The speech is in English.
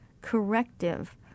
corrective